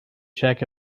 check